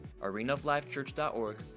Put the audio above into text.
arenaoflifechurch.org